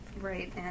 right